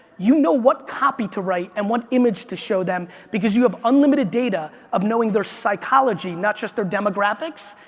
you know what copy to write and what image to show them because you have unlimited data of knowing their psychology, not just their demographics,